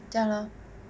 这样 lor